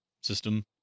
system